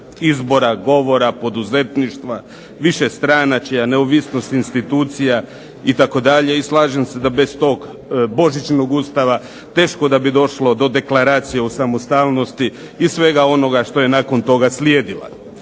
izbora govora, poduzetništva, višestranačja, neovisnost institucija itd. I slažem se da bez tog "božićnog Ustava" teško da bi došlo do Deklaracije o samostalnosti i svega onoga što je nakon toga slijedila.